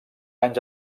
anys